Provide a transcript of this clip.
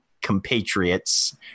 compatriots